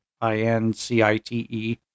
I-N-C-I-T-E